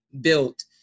built